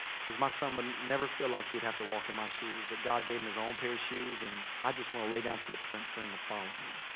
is my son would never feel like he'd have to walk in my shoes. that god gave him his own pair of shoes. and i just wanna lay down footprints for him to follow in.